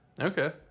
Okay